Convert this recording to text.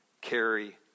carry